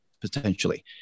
potentially